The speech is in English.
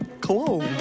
clothes